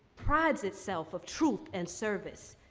prides itself of truth and service.